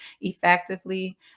effectively